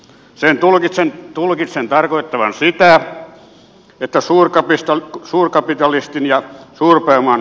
sen tulkitsen tarkoittavan suurkapitalistin ja suurpääoman puolustamista